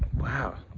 wow.